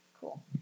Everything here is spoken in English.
Cool